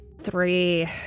three